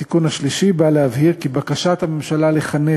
התיקון השלישי בא להבהיר כי בקשת הממשלה לכנס